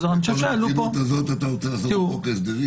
ואת כל המתינות הזו אתה רוצה לשנות בחוק ההסדרים.